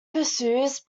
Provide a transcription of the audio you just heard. pursues